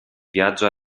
viaggio